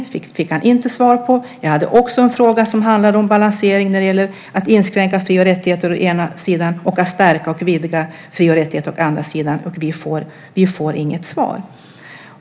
Den fick han inte svar på. Jag hade också en fråga som handlade om balansering när det gäller att inskränka fri och rättigheter å ena sidan och att stärka och vidga fri och rättigheter å andra sidan. Vi får inget svar.